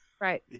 Right